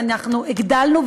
ואנחנו הגדלנו,